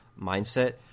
mindset